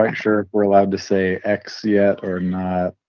like sure we're allowed to say x yet or not